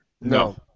No